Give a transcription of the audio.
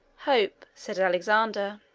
hope, said alexander.